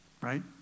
right